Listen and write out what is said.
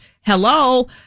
hello